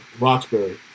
Roxbury